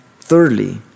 thirdly